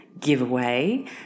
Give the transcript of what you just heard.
giveaway